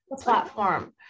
platform